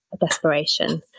desperation